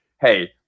hey